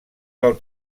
del